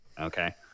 okay